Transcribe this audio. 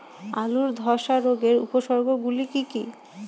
আলুর ধ্বসা রোগের উপসর্গগুলি কি কি?